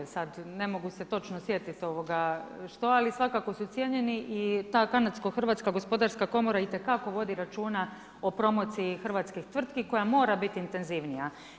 Sad ne mogu se točno sjetiti što, ali svakako su cijenjeni i ta Kanadsko-hrvatska gospodarska komora itekako vodi računa o promociji hrvatskih tvrtki koja mora biti intenzivnija.